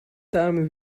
time